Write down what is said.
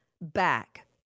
back